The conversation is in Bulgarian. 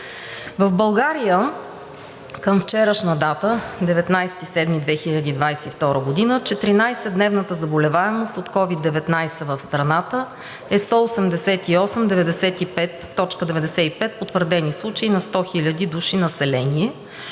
В България към вчерашна дата – 19 юли 2022 г., четиринадесет- дневната заболеваемост от COVID-19 в страната е 188,95 потвърдени случая на 100 хиляди души население.